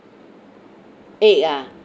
egg ah